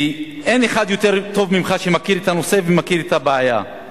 ואין אחד שמכיר את הנושא ומכיר את הבעיה יותר טוב ממך.